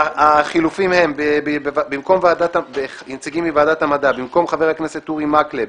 החילופים הם נציגים בוועדת המדע: במקום חבר הכנסת אורי מקלב